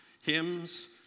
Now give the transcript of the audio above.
hymns